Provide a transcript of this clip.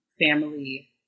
family